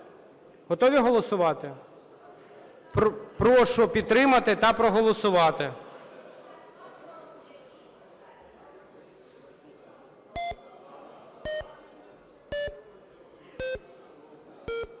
Готові голосувати? Прошу підтримати та проголосувати.